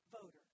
voter